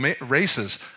races